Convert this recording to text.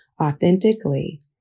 authentically